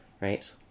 Right